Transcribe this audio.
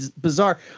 bizarre